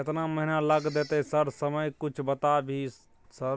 केतना महीना लग देतै सर समय कुछ बता भी सर?